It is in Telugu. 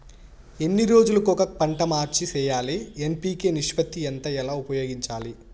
ఎన్ని రోజులు కొక పంట మార్చి సేయాలి ఎన్.పి.కె నిష్పత్తి ఎంత ఎలా ఉపయోగించాలి?